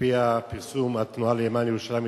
על-פי הפרסום של "התנועה למען ירושלים ותושביה",